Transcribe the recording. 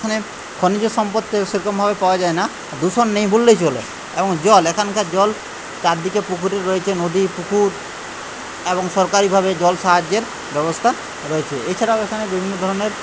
এখানে খনিজ সম্পদ সেরকমভাবে পাওয়া যায় না দূষণ নেই বললেই চলে এবং জল এখানকার জল চারদিকে পুকুর রয়েছে নদী পুকুর এবং সরকারিভাবে জল সাহায্যের ব্যবস্থা রয়েছে এছাড়াও এখানে বিভিন্ন ধরনের